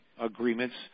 agreements